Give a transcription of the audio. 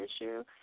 issue